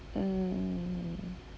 mm